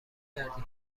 کردی